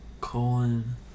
colon